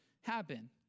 happen